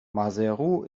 maseru